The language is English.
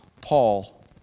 Paul